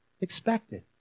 expected